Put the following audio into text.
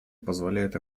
позволяют